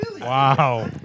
Wow